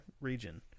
region